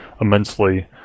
immensely